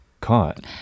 caught